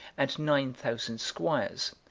and nine thousand squires,